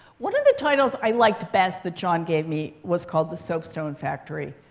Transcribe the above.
one of the titles i liked best that john gave me was called the soapstone factory,